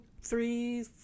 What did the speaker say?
three